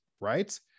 right